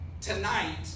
Tonight